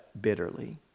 bitterly